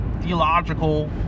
theological